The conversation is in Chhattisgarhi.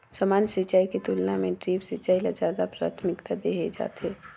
सामान्य सिंचाई के तुलना म ड्रिप सिंचाई ल ज्यादा प्राथमिकता देहे जाथे